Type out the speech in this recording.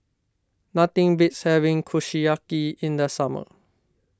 nothing beats having Kushiyaki in the summer